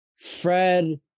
Fred